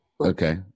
Okay